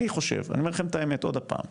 אני חושב, אני אומר להם את האמת עוד פעם,